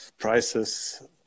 prices